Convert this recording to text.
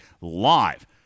live